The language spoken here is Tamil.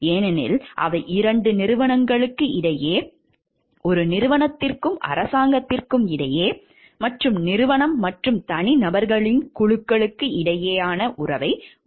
ஏனெனில் அவை 2 நிறுவனங்களுக்கு இடையே ஒரு நிறுவனத்திற்கும் அரசாங்கத்திற்கும் இடையே மற்றும் நிறுவனம் மற்றும் தனிநபர்களின் குழுக்களுக்கு இடையேயான உறவை உள்ளடக்கியது